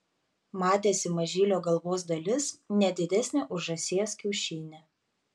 matėsi mažylio galvos dalis ne didesnė už žąsies kiaušinį